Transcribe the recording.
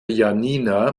janina